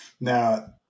Now